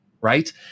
right